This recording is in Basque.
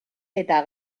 eta